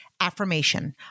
affirmation